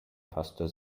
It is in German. pastor